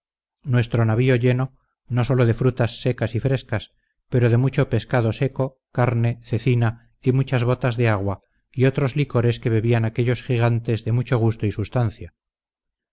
nuestro navío lleno no solo de frutas secas y frescas pero de mucho pescado seco carne cecina y muchas botas de agua y otros licores que bebían aquellos gigantes de mucho gusto y substancia